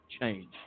change